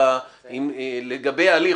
לגבי ההליך,